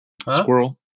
Squirrel